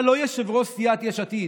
אתה לא יושב-ראש סיעת יש עתיד,